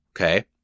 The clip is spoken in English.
Okay